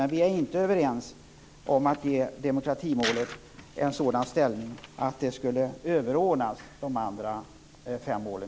Men vi är inte överens om att ge demokratimålet en sådan ställning att det skulle överordnas de andra fem målen.